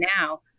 now